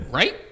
right